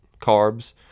carbs